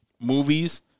movies